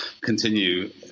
continue